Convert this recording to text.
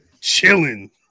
chilling